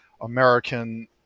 American